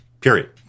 Period